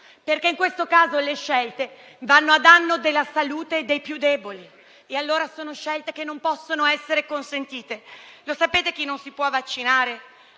scelta. In questo caso le scelte vanno a danno della salute dei più deboli. Allora sono scelte che non possono essere consentite. Lo sapete chi non si può vaccinare?